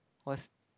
was